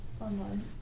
online